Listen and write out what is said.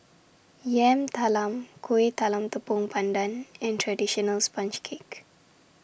Yam Talam Kuih Talam Tepong Pandan and Traditional Sponge Cake